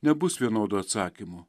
nebus vienodo atsakymo